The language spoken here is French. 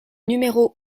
numéro